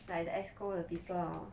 like the exco the people hor